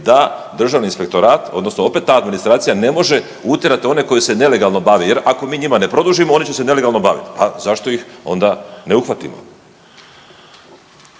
da Državni inspektorat odnosno opet ta administracija ne može utjerati one koji se nelegalno bave jer ako mi njima ne produžimo oni će se nelegalno bavit. A zašto ih onda ne uhvatimo?